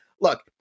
look